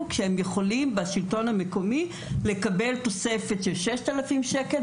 כשהם יכולים לקבל בשלטון המקומי תוספת של 6000 שקל,